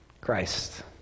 Christ